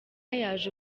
yaje